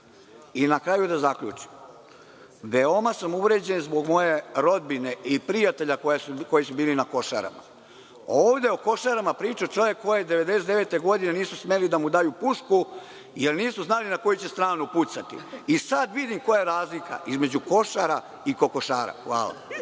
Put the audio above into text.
kraju da zaključim, veoma sam uvređen zbog moje rodbine i prijatelja koji su bili na Košarama. Ovde o Košarama priča čovek kome 1999. godine nisu smeli da daju pušku jer nisu znali na koju će stranu pucati. Sada vidim koja je razlika između Košara i kokošara. Hvala.